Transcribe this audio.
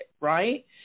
right